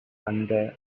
அந்த